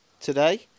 today